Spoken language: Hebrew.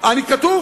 לא נכון.